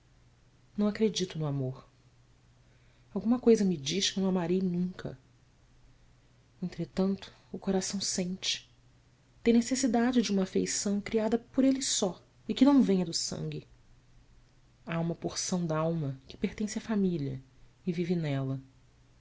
não acredito no amor alguma coisa me diz que não amarei nunca entretanto o coração sente tem necessidade de uma afeição criada por ele só e que não venha do sangue há uma porção d'alma que pertence à família e vive nela